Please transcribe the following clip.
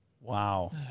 wow